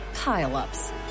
Pile-ups